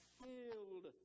filled